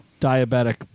diabetic